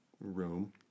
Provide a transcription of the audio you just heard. room